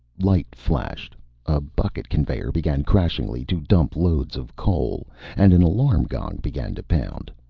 light flashed a bucket conveyor began crashingly to dump loads of coal and an alarm gong began to pound.